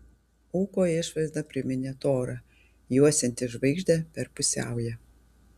ūko išvaizda priminė torą juosiantį žvaigždę per pusiaują